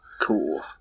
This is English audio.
cool